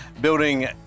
building